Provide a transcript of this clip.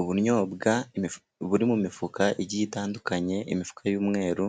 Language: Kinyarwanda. Ubunyobwa buri mu mifuka igiye itandukanye, imifuka y'umweru,